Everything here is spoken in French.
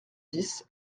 dix